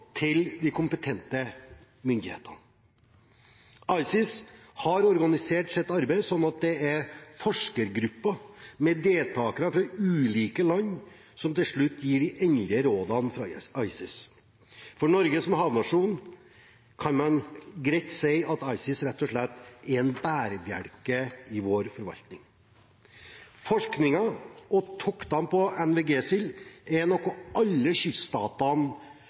til de kompetente myndighetene. ICES har organisert sitt arbeid slik at det er forskergruppen med deltakere fra ulike land som til slutt gir de endelige rådene fra ICES. For Norge som havnasjon kan man greit si at ICES rett og slett er en bærebjelke i vår forvaltning. Forskningen på og toktene i forbindelse med NVG-sild er noe alle kyststatene